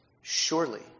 surely